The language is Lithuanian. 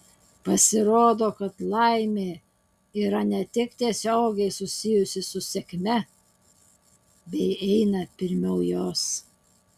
pasirodo kad laimė yra ne tik tiesiogiai susijusi su sėkme bei eina pirmiau jos